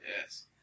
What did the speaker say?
Yes